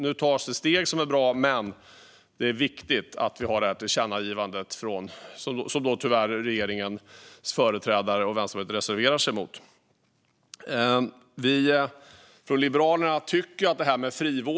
Nu tas steg som är bra, men det är viktigt att vi har tillkännagivandet, som regeringens företrädare och Vänsterpartiet tyvärr reserverar sig emot.